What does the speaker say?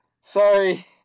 sorry